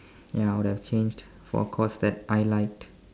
ya I would have changed for a course that I liked